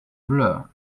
blur